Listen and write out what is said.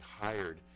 hired